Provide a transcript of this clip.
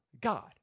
God